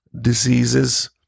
diseases